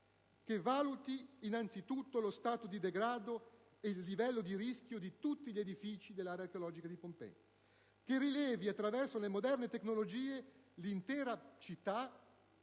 che valuti innanzitutto lo stato di degrado e il livello di rischio di tutti gli edifici dell'area archeologica di Pompei, che rilevi attraverso le moderne tecnologie l'intera città